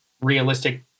realistic